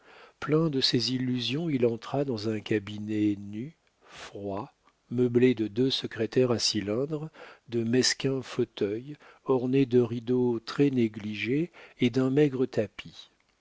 plein de ces illusions il entra dans un cabinet nu froid meublé de deux secrétaires à cylindre de mesquins fauteuils orné de rideaux très négligés et d'un maigre tapis